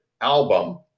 album